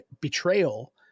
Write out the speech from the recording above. betrayal